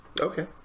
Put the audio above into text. Okay